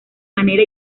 manera